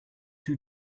two